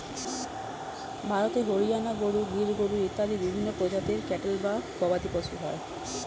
ভারতে হরিয়ানা গরু, গির গরু ইত্যাদি বিভিন্ন প্রজাতির ক্যাটল বা গবাদিপশু হয়